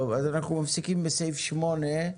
אז אנחנו מפסיקים בסעיף 8,